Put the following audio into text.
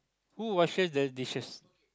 who washes the dishes